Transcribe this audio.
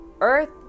Earth